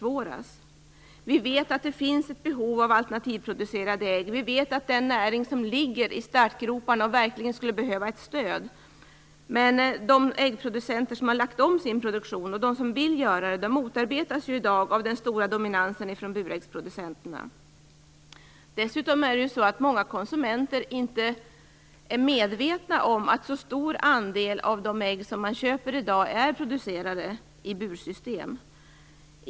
Vi vet att det finns ett behov av alternativproducerade ägg. Vi vet att det är en näring som ligger i startgroparna och verkligen skulle behöva ett stöd. Men de äggproducenter som har lagt om sin produktion och de som vill göra det motarbetas i dag av den stora dominansen från buräggsproducenterna. Dessutom är många konsumenter inte medvetna om att en så stor andel av de ägg som man köper i dag är producerade i bursystem.